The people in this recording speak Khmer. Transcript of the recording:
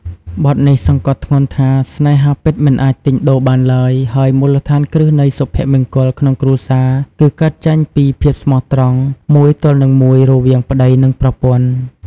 បទនេះសង្កត់ធ្ងន់ថា ស្នេហាពិតមិនអាចទិញដូរបានឡើយ ហើយមូលដ្ឋានគ្រឹះនៃសុភមង្គលក្នុងគ្រួសារគឺកើតចេញពី ភាពស្មោះត្រង់មួយទល់នឹងមួយរវាងប្តីនិងប្រពន្ធ។